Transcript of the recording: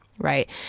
Right